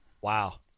Wow